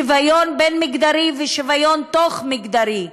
שוויון בין-מגדרי ושוויון תוך-מגדרי,